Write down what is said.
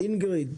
אינגריד,